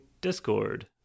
Discord